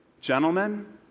Gentlemen